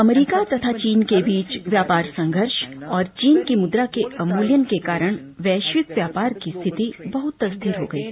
अमरीका तथा चीन के बीच व्यापार संघर्ष और चीन की मुद्रा के अवमूल्यन के कारण वैश्विक व्यापार की स्थिति बहृत अस्थिर हो गई है